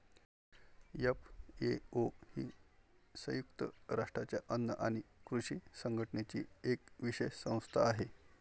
FAO ही संयुक्त राष्ट्रांच्या अन्न आणि कृषी संघटनेची एक विशेष संस्था आहे